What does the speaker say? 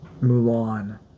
Mulan